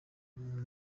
umuntu